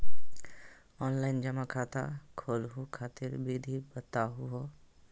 Online जमा खाता खोलहु खातिर विधि बताहु हो?